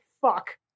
fuck